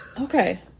okay